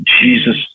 jesus